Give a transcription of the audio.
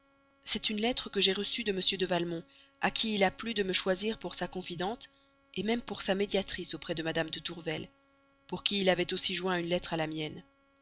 c'est une lettre que j'ai reçue de m de valmont à qui il a plu de me choisir pour sa confidente même pour sa médiatrice auprès de mme de tourvel pour qui il avait aussi joint une lettre à la mienne